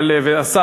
והשר,